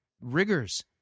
rigors